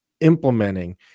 implementing